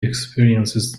experiences